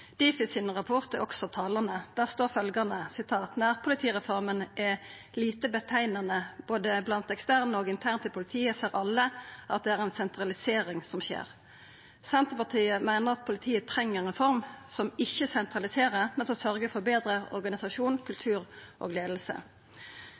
er òg talande. Der står følgjande: «[nærpolitireformen] er lite betegnende . Både blant eksterne og internt i politiet ser alle at det er en sentralisering som skjer.» Senterpartiet meiner at politiet treng ei reform som ikkje sentraliserer, men som sørgjer for betre organisasjon,